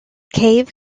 cave